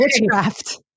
witchcraft